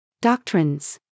Doctrines